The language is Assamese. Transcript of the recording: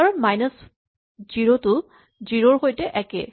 কাৰণ মাইনাচ জিৰ' টো জিৰ' ৰ সৈতে একেই